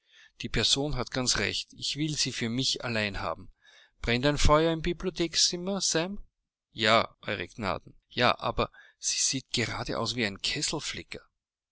die person hat ganz recht ich will sie für mich allein haben brennt ein feuer im bibliothekzimmer sam ja ew gnaden ja aber sie sieht gerade aus wie ein kesselflicker